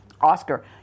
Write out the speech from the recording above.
Oscar